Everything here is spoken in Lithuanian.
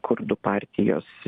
kurdų partijos